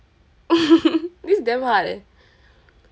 this damn hard leh